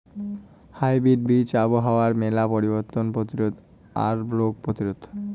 hybrid বীজ আবহাওয়ার মেলা পরিবর্তন প্রতিরোধী আর রোগ প্রতিরোধী